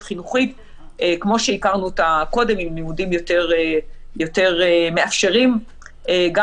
חינוכית כמו שהכרנו אותה קודם עם לימודים יותר מאפשרים גם